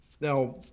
now